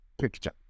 picture